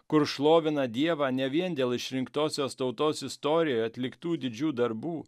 kur šlovina dievą ne vien dėl išrinktosios tautos istorijoj atliktų didžių darbų